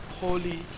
Holy